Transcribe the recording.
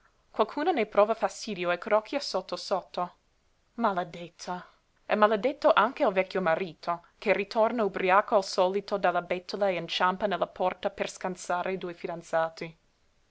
qualcuna ne prova fastidio e crocchia sotto sotto maledetta e maledetto anche il vecchio marito che ritorna ubriaco al solito dalla bettola e inciampa nella porta per scansare i due fidanzati